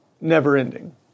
never-ending